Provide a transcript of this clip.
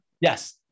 Yes